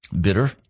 bitter